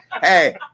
hey